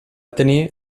tenir